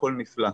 הכול נפלא.